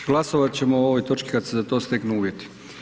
Glasovat ćemo o ovoj točki kad se za to steknu uvjeti.